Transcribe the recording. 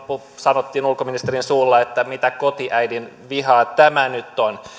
sanottiin ulkoministerin suulla että mitä kotiäidin vihaa tämä nyt on